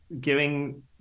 giving